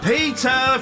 Peter